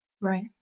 Right